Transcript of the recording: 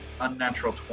unnatural